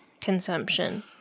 Consumption